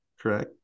correct